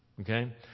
Okay